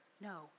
No